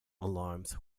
alarms